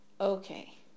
Okay